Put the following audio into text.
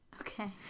Okay